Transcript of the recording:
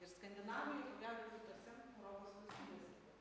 ir skandinavijoj ir gal ir kitose europos valstybėse